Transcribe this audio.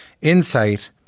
insight